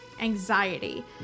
anxiety